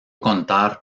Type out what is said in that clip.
contar